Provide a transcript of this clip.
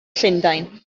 llundain